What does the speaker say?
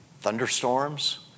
thunderstorms